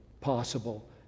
possible